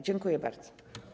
Dziękuję bardzo.